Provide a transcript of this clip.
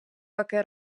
поки